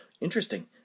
Interesting